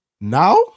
Now